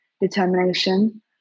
determination